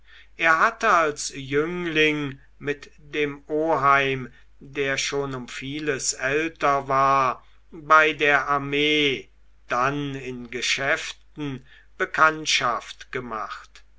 er hatte als jüngling mit dem oheim der schon um vieles älter war bei der armee dann in geschäften bekanntschaft gemacht